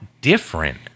different